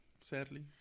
sadly